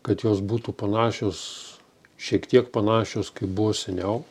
kad jos būtų panašios šiek tiek panašios kaip buvo seniau